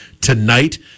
tonight